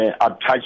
attached